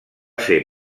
ser